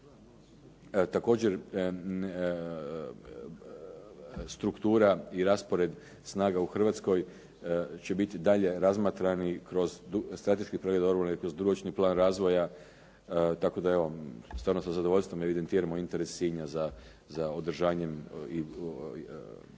Također, struktura i raspored snaga u Hrvatskoj će biti dalje razmatrani kroz strateški pregled obrane i kroz dugoročni plan razvoja, tako da evo, stvarno sa zadovoljstvom evidentiramo interes Sinja za održanjem i uspostavom